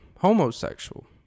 Homosexual